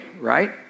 right